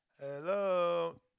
Hello